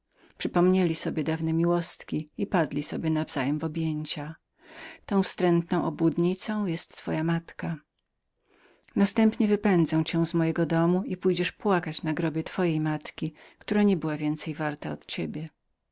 przypomnieli sobie dawne miłostki i padli we wzajemne objęcia tą niegodziwą obłudnicą jest twoja matka następnie wypędzę cię z mojej obecności i pójdziesz płakać na grobie twojej matki która nie była poczciwszą od ciebie